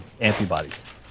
antibodies